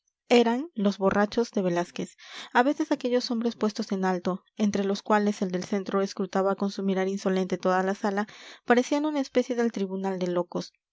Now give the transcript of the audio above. eran los borrachos de velázquez a veces aquellos hombres puestos en alto entre los cuales el del centro escrutaba con su mirar insolente toda la sala parecían una especie de tribunal de locos